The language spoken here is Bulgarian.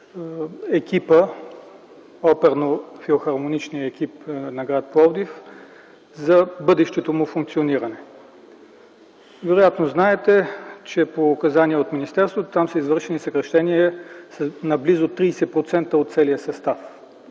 оперно-филхармоничния екип на гр. Пловдив за бъдещото му функциониране. Вероятно знаете, че по указания от министерството там са извършени съкращения на близо 30% от целия състав,